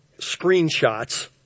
screenshots